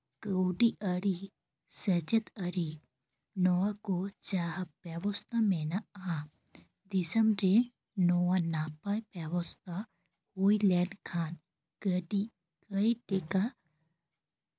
ᱠᱟᱹᱣᱰᱤ ᱟᱹᱨᱤ ᱥᱮᱪᱮᱫ ᱟᱹᱨᱤ ᱱᱚᱣᱟ ᱠᱚ ᱡᱟᱦᱟᱸ ᱵᱮᱵᱚᱥᱛᱷᱟ ᱢᱮᱱᱟᱜᱼᱟ ᱫᱤᱥᱚᱢ ᱨᱮ ᱱᱚᱣᱟ ᱱᱟᱯᱟᱭ ᱵᱮᱵᱚᱥᱛᱟ ᱦᱩᱭ ᱞᱮᱱᱠᱷᱟᱱ ᱟᱹᱰᱤ ᱠᱟᱹᱭ ᱴᱮᱠᱟ